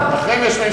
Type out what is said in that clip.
אחר כך,